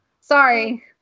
Sorry